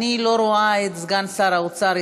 אני לא רואה את סגן שר האוצר,